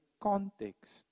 context